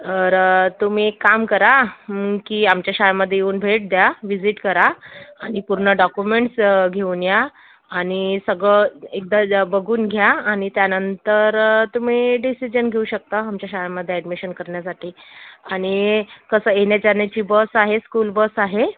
तर तुम्ही एक काम करा की आमच्या शाळेमधे येऊन भेट द्या विझिट करा आणि पूर्ण डाकुमेंट्स घेऊन या आणि सगळं एकदा ज बघून घ्या आणि त्यानंतर तुम्ही डिसिजन घेऊ शकता आमच्या शाळेमधे ॲडमिशन करण्यासाठी आणि कसं येण्याजाण्याची बस आहे स्कूल बस आहे